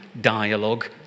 dialogue